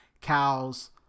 cows